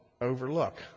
overlook